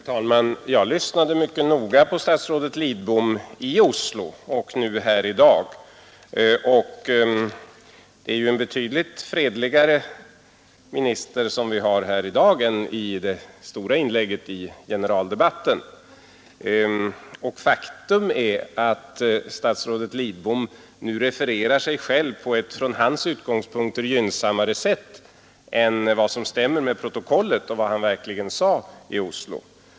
Herr talman! Jag lyssnade noga på statsrådet Lidbom i Oslo och nu här i dag. Det är ju en betydligt fredligare minister som vi har i dag än den som gjorde det stora inlägget i generaldebatten. Och faktum är att statsrådet Lidbom nu refererar sig själv på ett från hans utgångspunkter gynnsammare sätt än vad som stämmer med protokollet över vad han verkligen sade i Oslo.